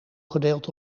gedeeld